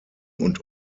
und